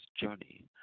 journey